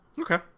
Okay